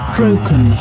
broken